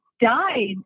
died